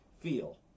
feel